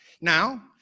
Now